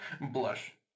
Blush